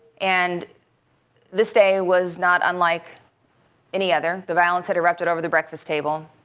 and this day was not unlike any other. the violence had erupted over the breakfast table